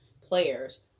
players